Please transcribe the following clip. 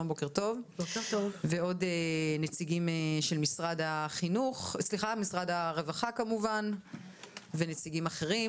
ועוד נציגים של משרד הרווחה ונציגים אחרים.